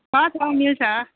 छ छ मिल्छ